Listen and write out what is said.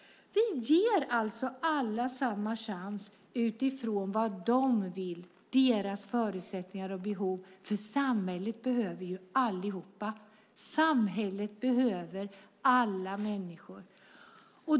Vi ger alltså alla samma chans utifrån vad de vill och deras förutsättningar och behov. Samhället behöver allihop. Samhället behöver alla människor.